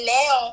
now